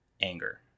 anger